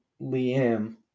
Liam